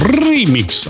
remix